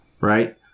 right